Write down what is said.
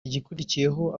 igikurikiyeho